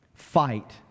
Fight